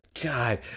God